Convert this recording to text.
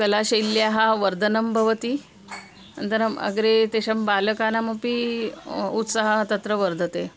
कलाशैल्याः वर्धनं भवति अन्तरम् अग्रे तेषां बालकानामपि उत्साहः तत्र वर्धते